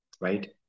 right